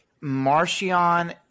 Martian